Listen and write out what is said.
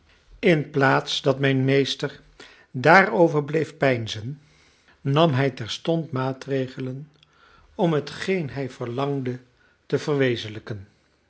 slaagden inplaats dat mijn meester daarover bleef peinzen nam hij terstond maatregelen om hetgeen hij verlangde te verwezenlijken